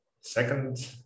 second